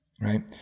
Right